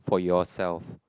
for yourself